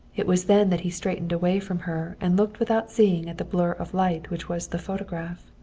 it was then that he straightened away from her and looked without seeing at the blur of light which was the phonograph.